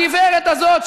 הגברת הזאת,